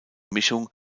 mischung